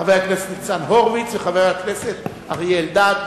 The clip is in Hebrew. חבר הכנסת ניצן הורוביץ וחבר הכנסת אריה אלדד.